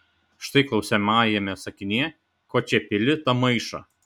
štai klausiamajame sakinyje ko čia pili tą maišą